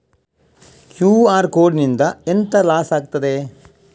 QR code ನಿಂದ ಎಂತ loss ಆಗ್ತದೆ?